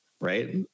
Right